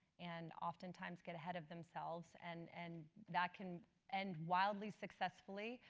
and oftentimes, get ahead of themselves and and that can end wildly successfully,